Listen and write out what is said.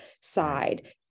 side